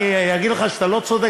אני אגיד לך שאתה לא צודק?